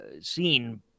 seen